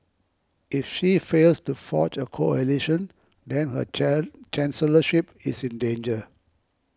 if she fails to forge a coalition then her Chan chancellorship is in danger